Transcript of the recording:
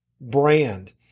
brand